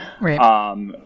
Right